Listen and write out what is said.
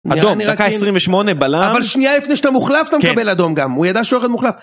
אדום, דקה 28 בלם, אבל שנייה לפני שאתה מוחלף אתה מקבל אדום גם, הוא ידע שהוא הולך להיות מוחלף.